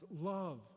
love